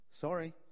Sorry